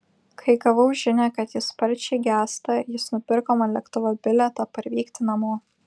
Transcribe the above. kai gavau žinią kad ji sparčiai gęsta jis nupirko man lėktuvo bilietą parvykti namo